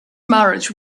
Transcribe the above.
marriage